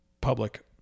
public